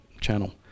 channel